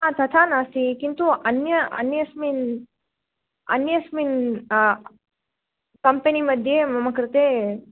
हा तथा नास्ति किन्तु अन्य अन्यस्मिन् अन्यस्मिन् कम्पेनि मध्ये मम कृते